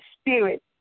Spirit